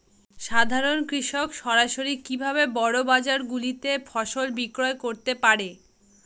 সাধারন কৃষক সরাসরি কি ভাবে বড় বাজার গুলিতে ফসল বিক্রয় করতে পারে?